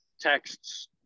texts